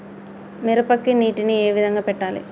మిరపకి నీటిని ఏ విధంగా పెట్టాలి?